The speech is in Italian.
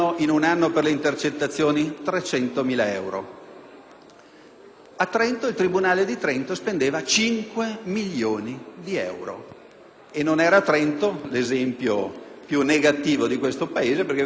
a Trento il tribunale spendeva 5 milioni di euro (e non era Trento l'esempio più negativo di questo Paese, perché c'erano altre procure ad esagerare con queste spese).